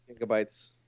gigabytes